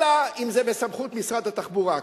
אלא אם כן זה בסמכות משרד התחבורה,